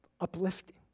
uplifting